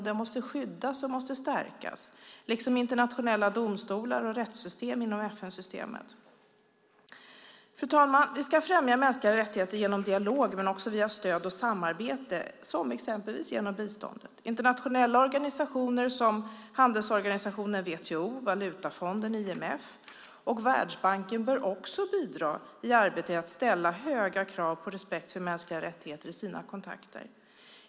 Den måste skyddas och stärkas, liksom internationella domstolar och rättssystem inom FN-systemet. Fru talman! Vi ska främja mänskliga rättigheter genom dialog men också via stöd och samarbete, som exempelvis genom biståndet. Internationella organisationer som handelsorganisationen WTO, valutafonden IMF och Världsbanken bör också bidra i arbetet med att ställa höga krav på respekt för mänskliga rättigheter i sina kontakter.